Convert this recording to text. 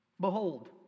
Behold